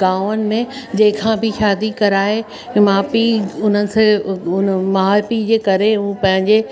गांवनि में जंहिंखां बि शादी कराए माउ पीउ उन खे उन माउ पीउ जे करे हू पंहिंजे